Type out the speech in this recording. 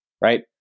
right